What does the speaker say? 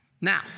Now